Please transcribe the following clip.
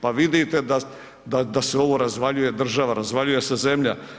Pa vidite da, da, da se ovo razvaljuje, država, razvaljuje se zemlja.